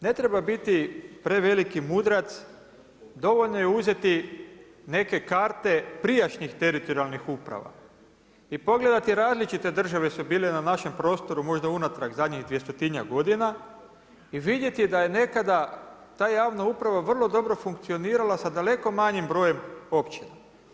Ne treba biti preveliki mudrac dovoljno je uzeti neke karte prijašnjih teritorijalnih uprava i pogledati različite države su bile na našem prostoru možda unatrag zadnjih dvjestotinjak godina i vidjeti da je nekada ta javna uprava vrlo dobro funkcionirala sa daleko manjim brojem općina.